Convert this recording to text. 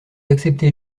accepter